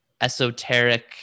esoteric